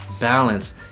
Balance